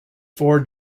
four